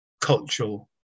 cultural